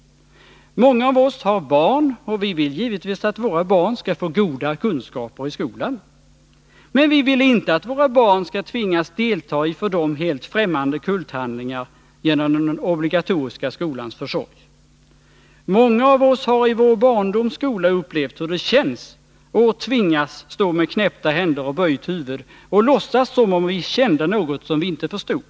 Många av oss har barn, och vi vill givetvis att våra barn skall få goda kunskaper i skolan. Men vi vill inte att våra barn skall tvingas delta i för dem helt främmande kulthandlingar genom den obligatoriska skolans försorg. Många av oss har i vår barndoms skola upplevt hur det känns att tvingas stå med knäppta händer och böjt huvud och låtsas som om vi kände något som vi inte förstod.